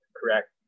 correct